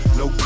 no